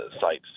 sites